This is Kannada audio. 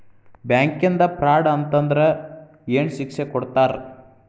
ಬ್ಯಾಂಕಿಂದಾ ಫ್ರಾಡ್ ಅತಂದ್ರ ಏನ್ ಶಿಕ್ಷೆ ಕೊಡ್ತಾರ್?